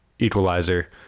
Equalizer